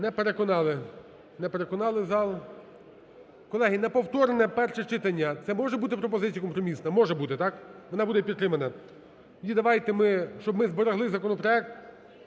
Не переконали зал. Колеги, на повторне перше читання, це може бути пропозиція компромісна? Може бути, так? Вона буде підтримана. Тоді давайте ми… Щоб ми зберегли законопроект,